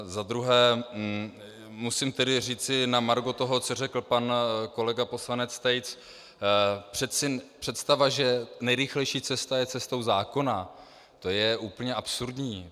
Za druhé, musím tedy říci na margo toho, co řekl pan kolega poslanec Tejc představa, že nejrychlejší cesta je cestou zákona, je úplně absurdní.